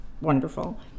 wonderful